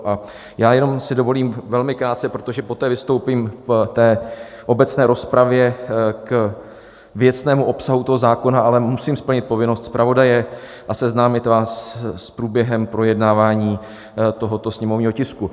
Já si jenom dovolím velmi krátce, protože poté vystoupím v obecné rozpravě k věcnému obsahu toho zákona, ale musím splnit povinnost zpravodaje a seznámit vás s průběhem projednávání tohoto sněmovního tisku.